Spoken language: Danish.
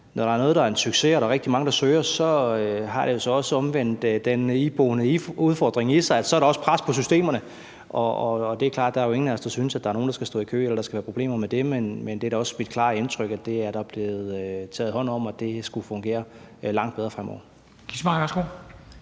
når der er noget, der er en succes, og der er rigtig mange, der søger, så har det altså også omvendt den iboende udfordring i sig, at der så også er pres på systemerne. Det er jo klart, at ingen af os synes, at der er nogen, der skal stå i kø, eller at der skal være problemer med det. Men det er da også mit klare indtryk, at der er blevet taget hånd om det, og at det skulle fungere langt bedre fremover.